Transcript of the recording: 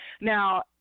Now